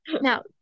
now